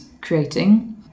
creating